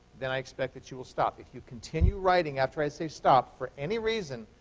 then i expect that you will stop. if you continue writing after i say stop for any reason,